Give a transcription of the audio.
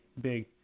big